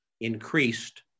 increased